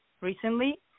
recently